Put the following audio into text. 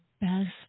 best